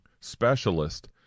specialist